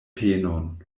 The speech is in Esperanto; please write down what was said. penon